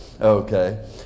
Okay